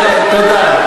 תודה.